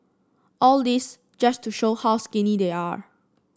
all this just to show how skinny they are